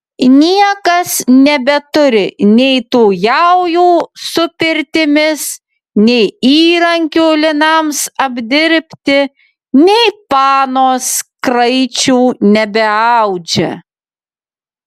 niekas nebeturi nei tų jaujų su pirtimis nei įrankių linams apdirbti nei panos kraičių nebeaudžia